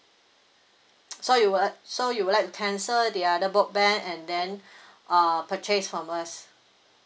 so you would so you would like to cancel the other broadband and then uh purchase from us